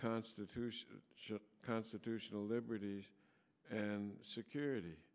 constitution constitutional liberties and security